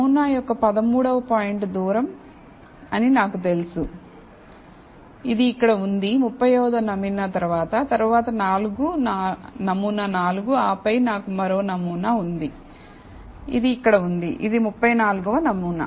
నమూనా యొక్క 13 వ పాయింట్ దూరం అని నాకు తెలుసు ఇది ఇక్కడ ఉంది 35 వ నమూనా తరువాత తరువాత నమూనా 4 ఆపై నాకు మరో నమూనా ఉంది ఇది ఇక్కడ ఉంది ఇది 34 వ నమూనా